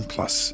Plus